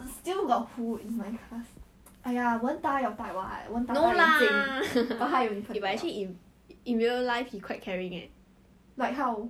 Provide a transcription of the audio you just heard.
你懂我的意思吗 it will just look brighter lor like if you dye my hair